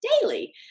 daily